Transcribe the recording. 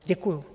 Děkuju.